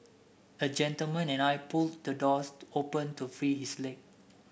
a gentleman and I pulled the doors open to free his leg